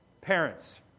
Parents